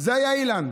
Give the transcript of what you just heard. זה היה אילן.